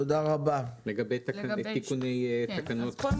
לגבי תיקוני תקנות 18 ו-18א.